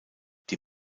die